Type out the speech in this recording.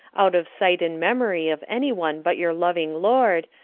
out of sight and memory of anyone but your loving lord,